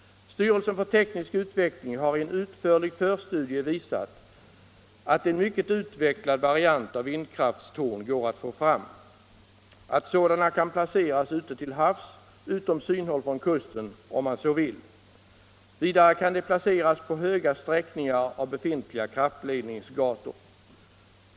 Styrelsen för teknisk utveckling har i en utförlig förstudie visat att en mycket utvecklad variant av vindkraftstorn går att få fram och att sådana kan placeras ute till havs utom synhåll från kusten om man så vill. Vidare kan de placeras på höga sträckningar av befintliga kraftledningsgator.